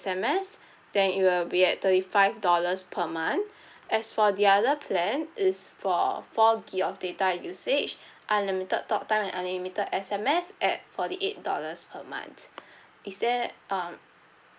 five hundred minutes talk time and five hundred S_M_S then it will be at thirty five dollars per month as for the other plan is for four gigabyte of data usage unlimited talk time and unlimited S_M_S at forty eight dollars per month is there um